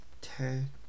ten